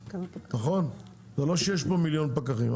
זה לא שיש מיליון פקחים.